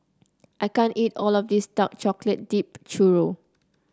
I can't eat all of this Dark Chocolate Dipped Churro